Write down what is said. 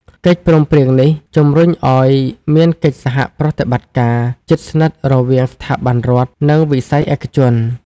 កិច្ចព្រមព្រៀងនេះជំរុញឱ្យមានកិច្ចសហប្រតិបត្តិការជិតស្និទ្ធរវាងស្ថាប័នរដ្ឋ និងវិស័យឯកជន។